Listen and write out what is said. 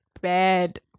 bad